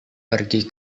pergi